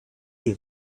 you